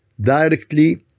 directly